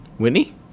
Whitney